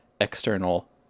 external